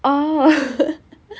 oh